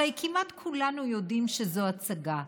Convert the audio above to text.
הרי כמעט כולנו יודעים שזו הצגה,